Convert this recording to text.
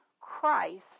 Christ